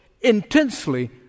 intensely